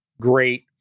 great